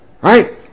right